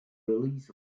release